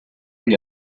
gli